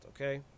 okay